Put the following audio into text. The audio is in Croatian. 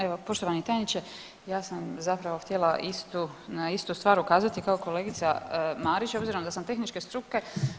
Evo poštovani tajniče, ja sam zapravo htjela istu, na istu stvar ukazati kao kolegica Marić obzirom da sam tehničke struke.